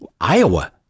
iowa